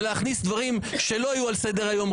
ולהכניס דברים שלא היו על סדר היום,